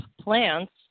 plants